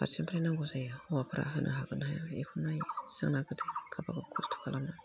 फारसेनिफ्राय नांगौ जायो हौवाफ्रा होनो हायोना हाया बेखौ सानबाय थाया गावबागाव खस्थ' खालामला